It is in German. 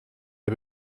der